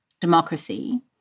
democracy